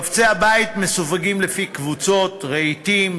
חפצי הבית מסווגים לפי קבוצות: רהיטים,